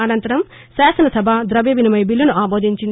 అనంతరం శాసనసభ దవ్యవినిమయ బిల్లును ఆమోదించింది